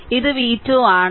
ഇത് v2 ആണ്